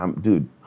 dude